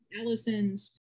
Allison's